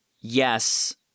yes